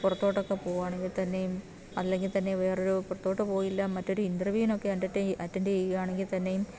പുറത്തോട്ടൊക്കെ പോകുവാണെങ്കിൽ തന്നെയും അല്ലെങ്കിൽ തന്നെ വേറൊരു പുറത്തോട്ട് പോയില്ല മറ്റൊരു ഇൻ്റർവ്യൂനൊക്കെ അറ്റൻഡ് ചെയ്യുകയാണെങ്കിൽ തന്നെയും